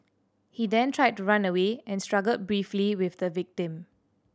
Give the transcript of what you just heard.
he then tried to run away and struggled briefly with the victim